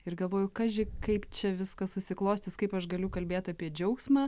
ir galvoju kaži kaip čia viskas susiklostys kaip aš galiu kalbėt apie džiaugsmą